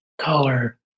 color